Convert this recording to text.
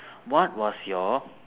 what was your